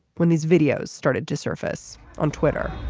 when these videos started to surface on twitter